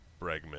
Bregman